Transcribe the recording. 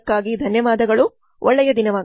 ಕೇಳಿದ್ದಕ್ಕೆ ಧನ್ಯವಾದಗಳು ಒಳ್ಳೆಯ ದಿನ